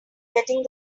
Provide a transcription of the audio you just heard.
getting